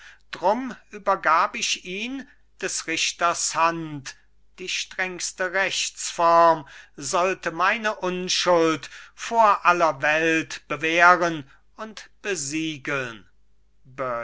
drum übergab ich ihn des richters hand die strengste rechtsform sollte meine unschuld vor aller welt bewähren und besiegeln